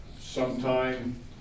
sometime